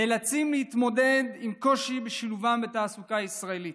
נאלצים להתמודד עם קושי בשילובם בתעסוקה הישראלית.